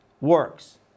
Works